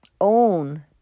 own